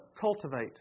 cultivate